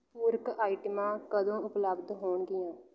ਪੂਰਕ ਆਈਟਮਾਂ ਕਦੋਂ ਉਪਲੱਬਧ ਹੋਣਗੀਆਂ